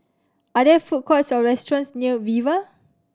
are there food courts or restaurants near Viva